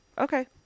Okay